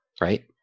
right